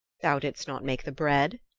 thou didst not make the bread?